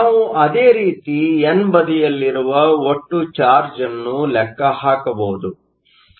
ನಾವು ಅದೇ ರೀತಿ ಎನ್ ಬದಿಯಲ್ಲಿರುವ ಒಟ್ಟು ಚಾರ್ಜ್Charge ಅನ್ನು ಲೆಕ್ಕ ಹಾಕಬಹುದು